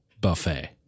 buffet